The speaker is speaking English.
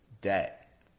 debt